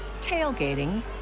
tailgating